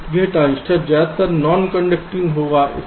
तो यह ट्रांजिस्टर ज्यादातर नान कंडक्टिंग होगा